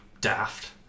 daft